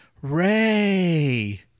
Ray